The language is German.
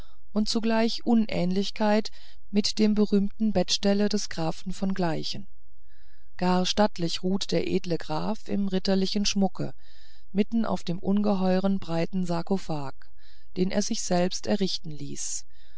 und zugleich unähnlichkeit mit dem berühmten bettstelle des grafen von gleichen gar stattlich ruht der edle graf im ritterlichen schmucke mitten auf dem ungeheuer breiten sarkophage den er sich selbst errichten ließ